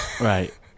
right